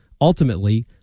Ultimately